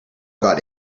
got